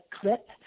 clip